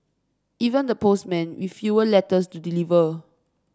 even the postmen with fewer letters to deliver